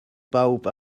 pawb